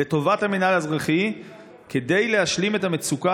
לטובת המינהל האזרחי כדי להשלים את המצוקה